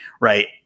right